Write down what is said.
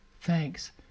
thanks